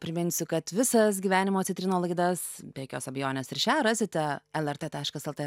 priminsiu kad visas gyvenimo citrinų laidas be jokios abejonės ir šią rasite lrt taškas lt